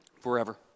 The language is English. Forever